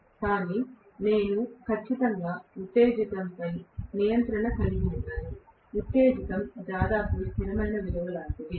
కానీ నేను ఖచ్చితంగా ఉత్తేజితం పై నియంత్రణ కలిగి ఉండను ఉత్తేజితం దాదాపు స్థిరమైన విలువ లాంటిది